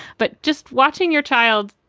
but just watching your child,